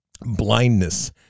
Blindness